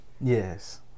Yes